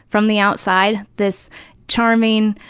from the outside, this charming,